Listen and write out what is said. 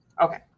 Okay